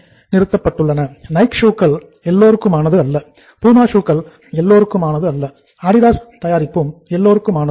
Nike ஷூக்களை தயாரிப்பும் எல்லோருக்கும் ஆனது அல்ல